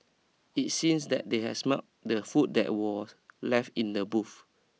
it seems that they had smelt the food that was left in the booth